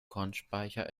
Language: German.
kornspeicher